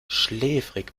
schläfrig